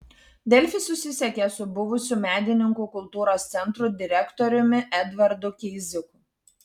delfi susisiekė su buvusiu medininkų kultūros centro direktoriumi edvardu keiziku